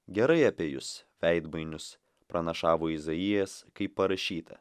gerai apie jus veidmainius pranašavo izaijas kaip parašyta